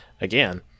again